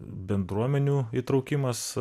bendruomenių įtraukimas